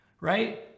right